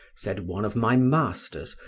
said one of my masters,